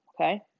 Okay